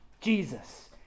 Jesus